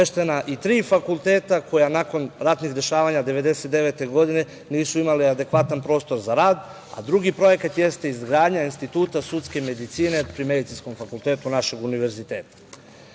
i tri fakulteta, koja nakon ratnih dešavanja 1999. godine nisu imali adekvatan prostor za rad. Drugi projekat jeste izgradnja Instituta sudske medicine pri Medicinskom fakultetu našeg univerziteta. Nakon